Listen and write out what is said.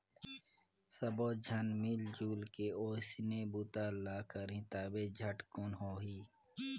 सब्बो झन मिलजुल के ओइसने बूता ल करही तभे झटकुन होही